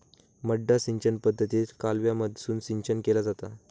मड्डा सिंचन पद्धतीत कालव्यामधसून सिंचन केला जाता